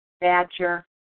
badger